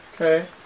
Okay